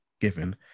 given